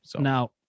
Now